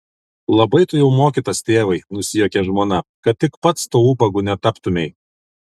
labai tu jau mokytas tėvai nusijuokė žmona kad tik pats tuo ubagu netaptumei